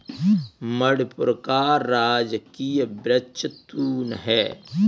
मणिपुर का राजकीय वृक्ष तून है